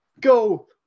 go